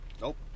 Nope